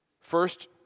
First